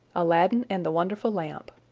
aladdin and the wonderful lamp